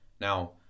now